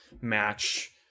match